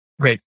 Great